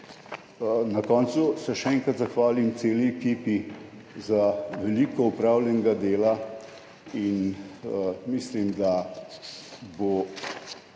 Na koncu se še enkrat zahvalim celi ekipi za veliko opravljenega dela in mislim, da bo